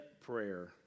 prayer